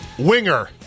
Winger